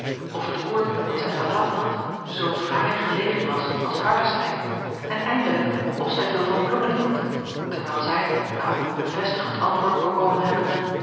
of het oord dat zij verlaten had zoo fraai gelegen was als hardestein en eindelijk of zij veel van bloemen hield terwijl zij daarop een bevestigend antwoord bekomen hebbende